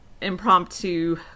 impromptu